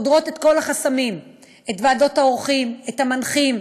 חודרת את כל החסמים ואת ועדות העורכים ואת המנחים,